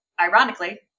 Ironically